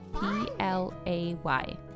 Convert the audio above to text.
P-L-A-Y